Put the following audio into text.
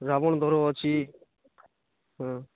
ରାବଣ୍ ଧର ଅଛି ହଁ